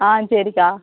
ஆ சரிக்கா